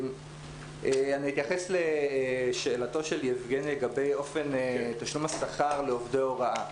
אני אתייחס לשאלתו של יבגני לגבי אופן תשלום השכר לעובדי הוראה.